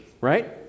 right